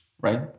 right